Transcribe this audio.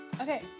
Okay